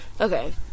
okay